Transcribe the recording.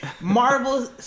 Marvel